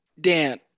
Dan